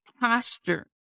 posture